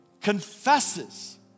confesses